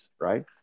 right